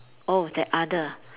oh that other ah